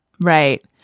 Right